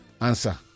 Answer